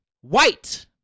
white